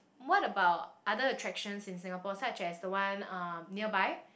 what about other attractions in Singapore such as the one um nearby